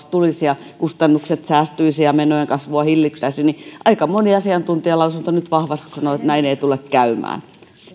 tulisi ja kustannuksia säästyisi ja menojen kasvua hillittäisiin aika moni asiantuntijalausunto nyt vahvasti sanoo että näin ei tule käymään